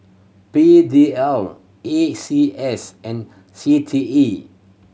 P D L A C S and C T E